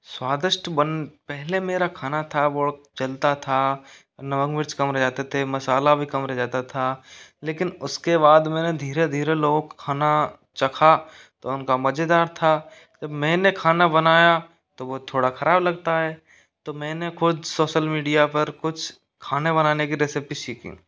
स्वादिष्ट पहले मेरा खाना था वो जलता था नमक मिर्च कम रह जाते थे मसाला भी कम रह जाता था लेकिन उस के बाद मैंने धीरे धीरे लोग खाना चखा तो मजेदार था जब मैंने खाना बनाया तो वो थोड़ा ख़राब लगता है तो मैंने खुद सोशल मीडिया पर कुछ खाना बनाने की रेसिपी सीखी